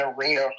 arena